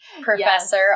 professor